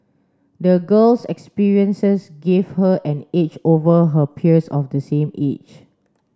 the girl's experiences gave her an edge over her peers of the same age